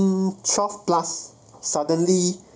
twelve plus suddenly